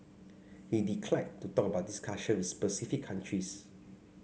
he declined to talk about discussion with specific countries